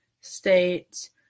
states